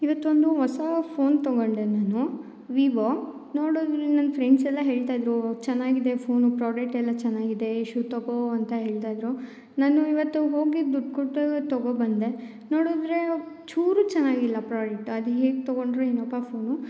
ಇವತ್ತೊಂದು ಃಒಸ ಫೋನ್ ತಗೊಂಡೆ ನಾನು ವಿವೊ ನೋಡಿದ್ರೆ ನನ್ನ ಫ್ರೆಂಡ್ಸ್ ಎಲ್ಲ ಹೇಳ್ತಾಯಿದ್ರು ಚೆನ್ನಾಗಿದೆ ಫೋನು ಪ್ರಾಡೆಟ್ ಎಲ್ಲ ಚೆನ್ನಾಗಿದೆ ಇಶು ತಗೋ ಅಂತ ಹೇಳ್ತಾಯಿದ್ರು ನಾನು ಇವತ್ತು ಹೋಗಿ ದುಡ್ಡು ಕೊಟ್ಟು ತಗೊಬಂದೆ ನೋಡಿದ್ರೆ ಚೂರು ಚೆನ್ನಾಗಿಲ್ಲ ಪ್ರಾಡಟ್ ಅದು ಹೇಗೆ ತಗೊಂಡರೊ ಏನಪ್ಪ ಫೋನು